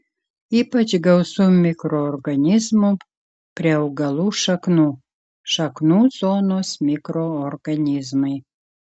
ypač gausu mikroorganizmų prie augalų šaknų šaknų zonos mikroorganizmai